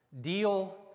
deal